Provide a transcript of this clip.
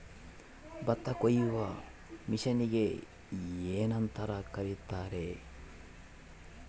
ಭತ್ತ ಕೊಯ್ಯುವ ಮಿಷನ್ನಿಗೆ ಏನಂತ ಕರೆಯುತ್ತಾರೆ?